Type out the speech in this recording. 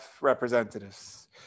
representatives